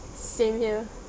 same here